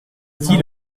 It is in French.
dix